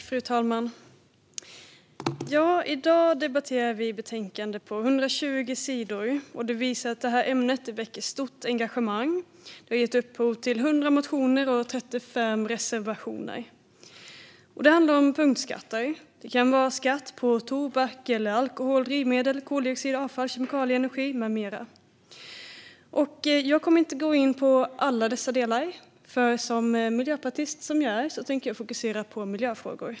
Fru talman! I dag debatterar vi ett betänkande på 120 sidor. Det visar att ämnet väcker stort engagemang. Det har gett upphov till 100 motioner och 35 reservationer. Det handlar om punktskatter. Det kan vara skatt på tobak, alkohol, drivmedel, koldioxid, avfall, kemikalier, energi med mera. Jag kommer inte gå in på alla dessa delar. Miljöpartist som är jag tänker jag fokusera på miljöfrågor.